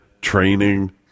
training